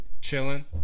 Chilling